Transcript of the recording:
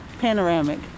panoramic